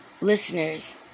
listeners